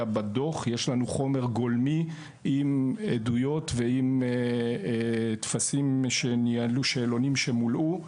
בדו"ח; יש לנו חומר גולמי עם עדויות ועם טפסים שניהלו ושאלונים שמולאו.